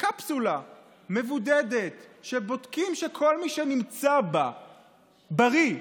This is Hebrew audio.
קפסולה מבודדת שבודקים שכל מי שנמצא בה בריא,